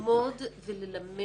וצריך ללמוד וללמד